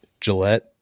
Gillette